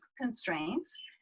constraints